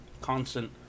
constant